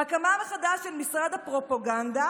הקמה מחדש של משרד הפרופגנדה,